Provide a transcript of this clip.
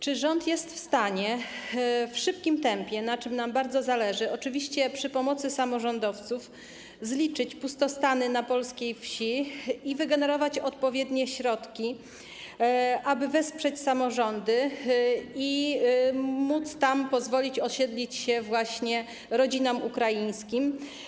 Czy rząd jest w stanie w szybkim tempie, na czym nam bardzo zależy, oczywiście przy pomocy samorządowców, zliczyć pustostany na polskiej wsi i wygenerować odpowiednie środki, aby wesprzeć samorządy i móc pozwolić tam osiedlić się rodzinom ukraińskim?